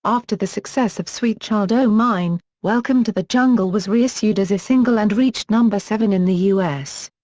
after the success of sweet child o' mine, welcome to the jungle was re-issued as a single and reached no. seven in the u s.